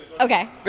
Okay